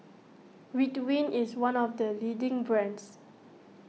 Ridwind is one of the leading brands